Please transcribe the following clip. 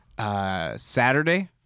Saturday